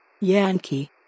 Yankee